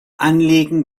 anliegen